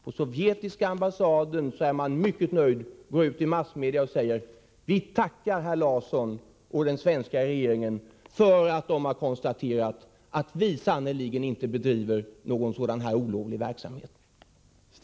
På sovjetiska ambassaden är man mycket nöjd, går ut i massmedia och säger: Vi tackar herr Larsson och den svenska regeringen för att de konstaterat att vi sannerligen inte bedriver någon sådan här olovlig verksamhet.